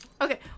Okay